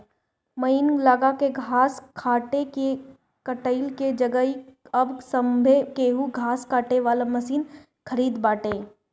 मनई लगा के घास कटले की जगही अब सभे केहू घास काटे वाला मशीन खरीदत बाटे